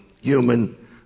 human